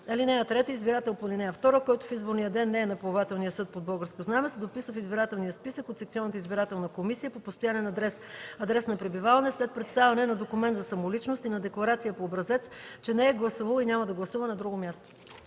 (3) Избирател по ал. 2, който в изборния ден не е на плавателния съд под българско знаме, се дописва в избирателния списък от секционната избирателна комисия по постоянен адрес (адрес на пребиваване) след представяне на документ за самоличност и на декларация по образец, че не е гласувал и няма да гласува на друго място.”